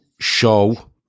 show